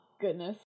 goodness